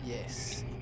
Yes